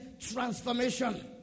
transformation